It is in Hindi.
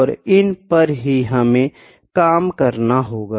और इन पर ही हमे काम करना होगा